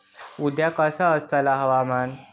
उद्या कसा आसतला हवामान?